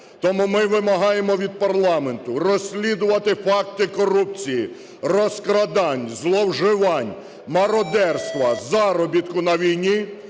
Тому ми вимагаємо від парламенту розслідувати факти корупції, розкрадань, зловживань, мародерства, заробітку на війні,